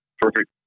perfect